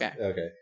Okay